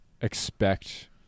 expect